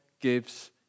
gives